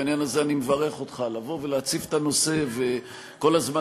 בעניין הזה אני מברך אותך: לבוא ולהציף את הנושא וכל הזמן